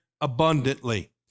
abundantly